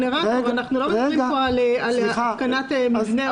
אנחנו לא מדברים פה על התקנת מבנה.